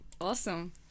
awesome